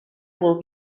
will